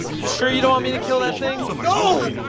you sure you don't want me to kill that thing? no!